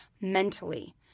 mentally